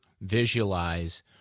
visualize